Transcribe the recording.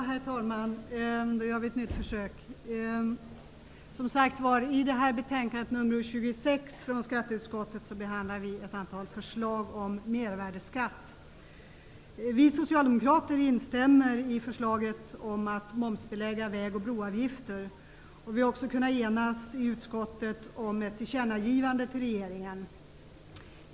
Herr talman! I skatteutskottets betänkande SkU26 behandlas ett antal förslag om mervärdesskatt. Vi socialdemokrater instämmer i förslaget om att momsbelägga väg och broavgifter. Vi har i utskottet också kunnat enas om ett tillkännagivande till regeringen.